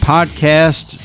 Podcast